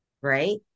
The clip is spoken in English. right